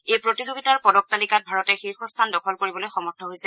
এই প্ৰতিযোগিতাৰ পদক তালিকাত ভাৰতে শীৰ্ষস্থান দখল কৰিবলৈ সমৰ্থ হৈছে